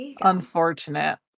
Unfortunate